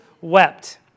wept